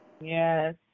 Yes